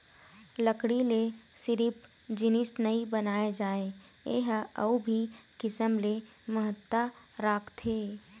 लकड़ी ले सिरिफ जिनिस नइ बनाए जाए ए ह अउ भी किसम ले महत्ता राखथे